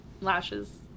Lashes